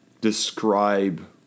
describe